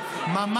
ואז מתחילים.